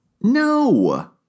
No